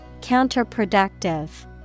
Counterproductive